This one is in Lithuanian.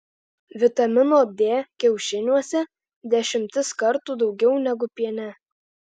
vitamino d kiaušiniuose dešimtis kartų daugiau negu piene